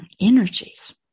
energies